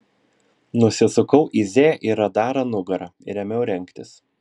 nusisukau į z ir radarą nugara ir ėmiau rengtis